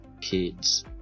kids